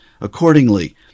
accordingly